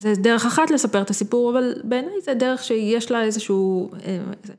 ‫זה דרך אחת לספר את הסיפור, ‫אבל בעיניי זה דרך שיש לה איזשהו...